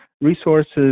Resources